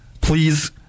Please